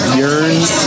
yearns